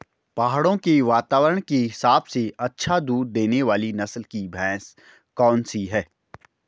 पहाड़ों के वातावरण के हिसाब से अच्छा दूध देने वाली नस्ल की भैंस कौन सी हैं?